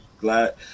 glad